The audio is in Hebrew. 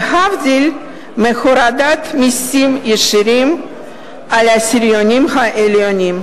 להבדיל מהורדת מסים ישירים על העשירונים העליונים,